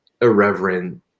irreverent